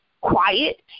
quiet